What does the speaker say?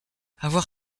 avoir